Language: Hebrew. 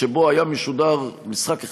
שבו היה משודר משחק אחד,